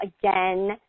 again